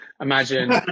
imagine